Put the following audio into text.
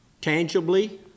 tangibly